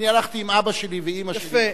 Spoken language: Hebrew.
אני הלכתי עם אבא ואמא שלי לכותל.